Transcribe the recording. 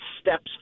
steps